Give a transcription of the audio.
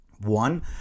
One